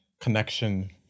connection